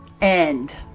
end